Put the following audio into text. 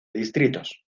distritos